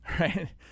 right